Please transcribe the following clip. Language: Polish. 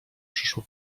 przyszło